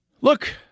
look